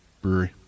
brewery